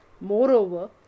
Moreover